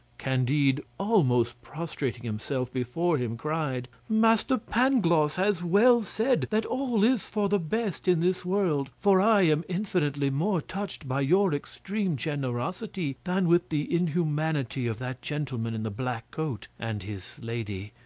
candide, almost prostrating himself before him, cried master pangloss has well said that all is for the best in this world, for i am infinitely more touched by your extreme generosity than with the inhumanity of that gentleman in the black coat and his lady.